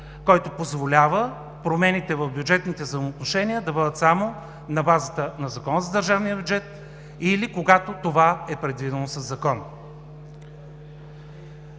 който позволява промените в бюджетните взаимоотношения да бъдат само на базата на Закона за държавния бюджет или когато това е предвидено със закон.